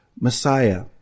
Messiah